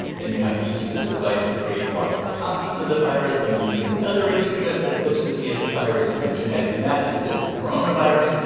then you have to use this device that creates lots of copies of the virus. then you need another instrument that looks to see if the virus is a genetic match with the coronavirus.